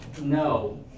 no